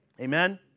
Amen